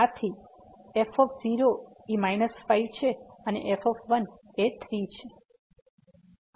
તો f 5 છે અને f 3 છે